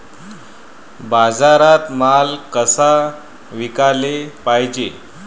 बाजारात माल कसा विकाले पायजे?